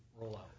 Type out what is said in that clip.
rollout